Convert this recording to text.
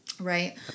Right